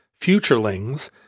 futurelings